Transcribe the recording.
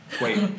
wait